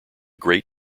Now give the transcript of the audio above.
great